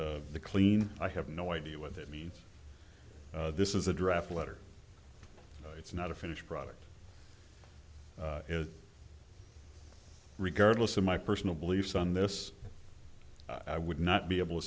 the clean i have no idea what that means this is a draft letter it's not a finished product is regardless of my personal beliefs on this i would not be able to